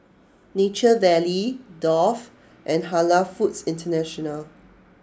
Nature Valley Dove and Halal Foods International